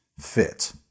fit